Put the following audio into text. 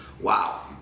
Wow